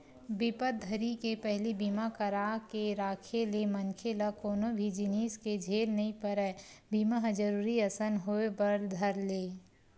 बिपत घरी के पहिली बीमा करा के राखे ले मनखे ल कोनो भी जिनिस के झेल नइ परय बीमा ह जरुरी असन होय बर धर ले